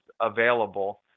available